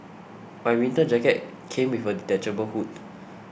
my winter jacket came with a detachable hood